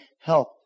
help